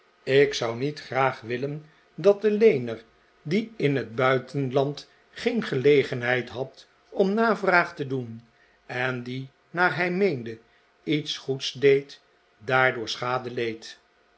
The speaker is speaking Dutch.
ik zou niet graag willen dat de leener die in het buitenland geen gelegenheid had om navraag te doen en die naar hij meende iets goeds deed daardoor schade leed